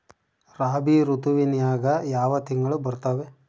ರಾಬಿ ಋತುವಿನ್ಯಾಗ ಯಾವ ತಿಂಗಳು ಬರ್ತಾವೆ?